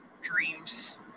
dreams